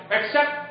accept